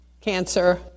cancer